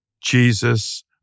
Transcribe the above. Jesus